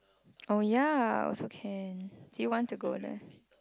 oh yeah also can do you want to go there